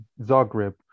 Zagreb